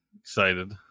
excited